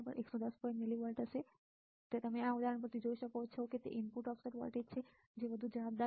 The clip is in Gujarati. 5 મિલીવોલ્ટ હશે તમે આ ઉદાહરણ પરથી જોઈ શકો છો કે તે ઇનપુટ ઓફસેટ વોલ્ટેજ છે જે વધુ જવાબદાર છે